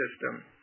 system